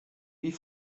wie